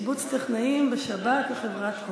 שיבוץ טכנאים בשבת בחברת "הוט".